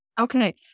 Okay